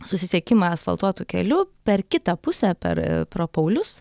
susisiekimą asfaltuotu keliu per kitą pusę per pro paulius